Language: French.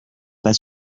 pas